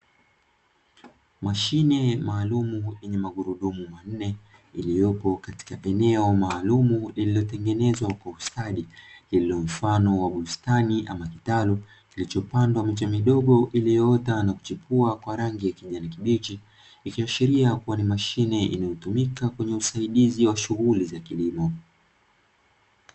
Mashine maalumu yenye gurudumu manne iliyopo katika eneo maalumu lililotengenezwa kwa ustadi iliyo mfano wa bustani ama kitalu, kilichopandwa miche midogo iliyoota na kuchipua kwa rangi ya kijani kibichi. Ikiasharia ya kuwa ni mashine inayotumika kwenye usaidizi wa shughuli za kilimo.